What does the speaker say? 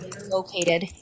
located